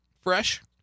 fresh